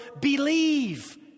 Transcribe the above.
believe